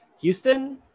Houston